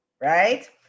right